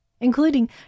including